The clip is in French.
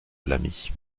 l’ami